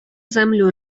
землю